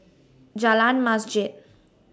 Jalan Masjid